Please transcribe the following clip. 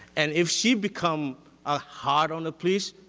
and if she becomes ah hard on the police,